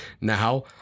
Now